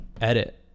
edit